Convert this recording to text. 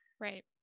right